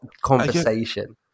conversation